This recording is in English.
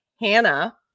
Hannah